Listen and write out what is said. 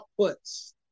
outputs